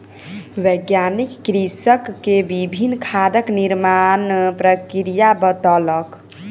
वैज्ञानिक कृषक के विभिन्न खादक निर्माण प्रक्रिया बतौलक